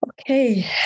Okay